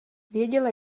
věděla